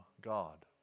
God